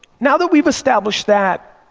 now that we've established that,